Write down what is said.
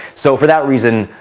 so, for that reason,